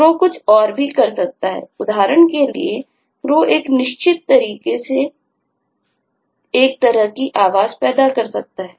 crow कुछ और भी कर सकता है उदाहरण के लिए crow एक निश्चित तरीके से एक तरह की आवाज पैदा कर सकता है